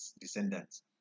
descendants